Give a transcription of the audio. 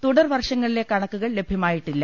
തുടർ വർഷങ്ങളിലെ കണക്കുകൾ ലഭ്യമായിട്ടില്ല